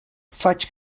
faig